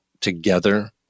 together